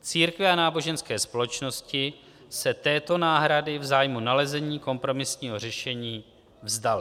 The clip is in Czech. Církve a náboženské společnosti se této náhrady v zájmu nalezení kompromisního řešení vzdaly.